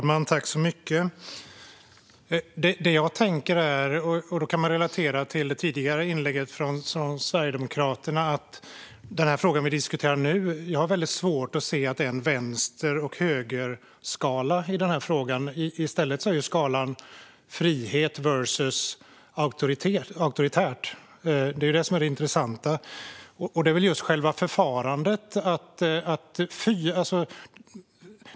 Fru talman! Det jag tänker på kan man relatera till det tidigare inlägget från Sverigedemokraterna. Jag har svårt att se att det är en vänster-höger-skala i den fråga vi diskuterar nu. I stället är skalan frihet versus auktoritärt. Det är det som är det intressanta. Och det handlar väl om själva förfarandet.